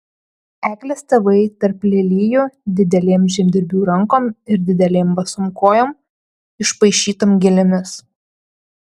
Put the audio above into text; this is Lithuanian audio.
eglės tėvai tarp lelijų didelėm žemdirbių rankom ir didelėm basom kojom išpaišytom gėlėmis